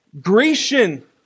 Grecian